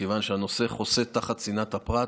כיוון שהנושא חוסה תחת צנעת הפרט,